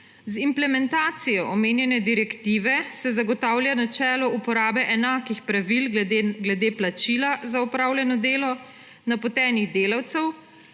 Z implementacijo omenjene direktive se zagotavlja načelo uporabe enakih pravil glede plačila za opravljeno delo napotenih delavcev,